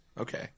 Okay